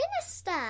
Minister